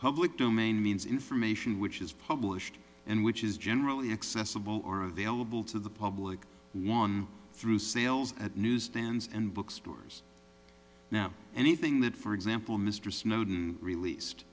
public domain means information which is published and which is generally accessible or available to the public through sales at newsstands and bookstores now anything that for example